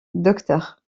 docteur